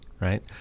right